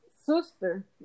sister